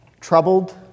troubled